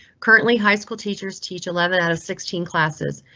currently high school teachers teach eleven out of sixteen classes.